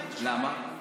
למה?